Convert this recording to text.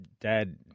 Dad